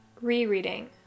Rereading